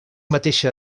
mateixa